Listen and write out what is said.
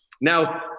Now